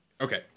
Okay